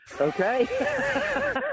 okay